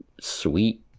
sweet